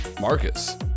Marcus